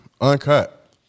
uncut